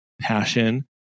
passion